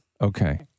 Okay